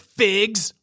figs